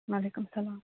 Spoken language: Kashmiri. وَعلیکُم سَلام